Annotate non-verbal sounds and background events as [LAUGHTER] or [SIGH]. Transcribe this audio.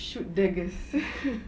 shoot daggers [LAUGHS]